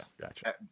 gotcha